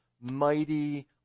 mighty